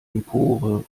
empore